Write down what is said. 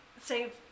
say